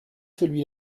celui